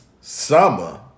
summer